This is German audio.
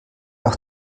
auch